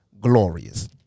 glorious